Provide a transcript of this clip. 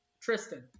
Tristan